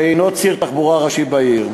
שהנו ציר תחבורה ראשי בעיר,